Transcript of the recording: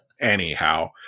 Anyhow